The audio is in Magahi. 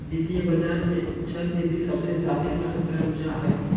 वित्तीय बाजार मे चल निधि सबसे जादे पसन्द करल जा हय